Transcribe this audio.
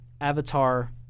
Avatar